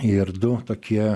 ir du tokie